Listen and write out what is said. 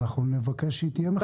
אנחנו נבקש שהיא תהיה מחייבת.